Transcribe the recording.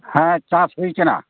ᱦᱮᱸ ᱪᱟᱥ ᱦᱩᱭ ᱟᱠᱟᱱᱟ